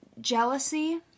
jealousy